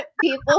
people